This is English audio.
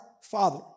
Father